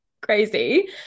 crazy